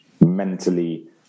mentally